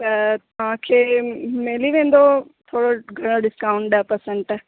त तव्हांखे मिली वेंदो थोरो घणो डिस्काउंट ॾह परसेंट त